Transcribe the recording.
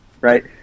right